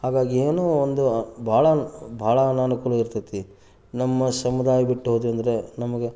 ಹಾಗಾಗಿ ಏನೋ ಒಂದು ಭಾಳ ಭಾಳ ಅನಾನುಕೂಲ ಇರ್ತದೆ ನಮ್ಮ ಸಮುದಾಯ ಬಿಟ್ಟು ಹೋದ್ವಿ ಅಂದರೆ ನಮಗೆ